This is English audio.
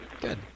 Good